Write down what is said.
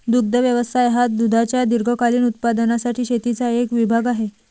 दुग्ध व्यवसाय हा दुधाच्या दीर्घकालीन उत्पादनासाठी शेतीचा एक विभाग आहे